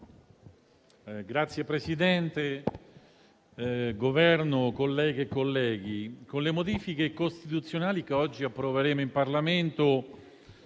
rappresentanti del Governo, colleghe e colleghi, con le modifiche costituzionali che oggi approveremo in Parlamento